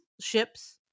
ships